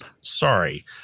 Sorry